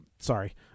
Sorry